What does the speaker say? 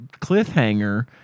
Cliffhanger